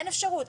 אין אפשרות.